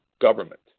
government